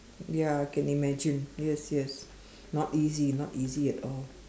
ya I can imagine yes yes not easy not easy at all